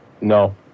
No